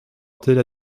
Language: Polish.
tyle